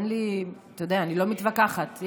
אני לא מתווכחת.